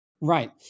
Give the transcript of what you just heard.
Right